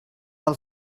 del